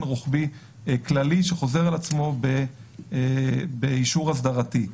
רוחבי כללי שחוזר על עצמו באישור אסדרתי.